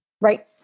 Right